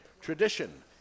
tradition